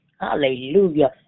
Hallelujah